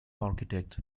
architects